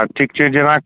चारि